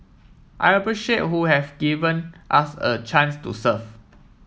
I appreciate who have given us a chance to serve